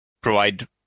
provide